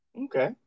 Okay